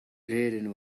and